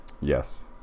Yes